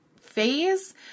phase